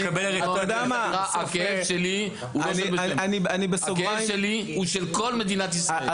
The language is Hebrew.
הכאב שלי הוא של כל מדינת ישראל,